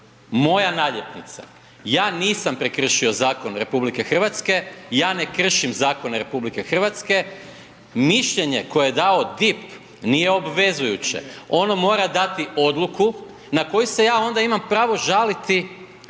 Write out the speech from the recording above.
moja naljepnica, ja nisam prekršio zakon RH, ja ne kršim zakone RH, mišljenje koje je dao DIP nije obvezujuće. Ono mora dati odluku na koju se ja onda imam pravo žaliti